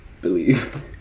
Believe